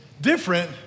different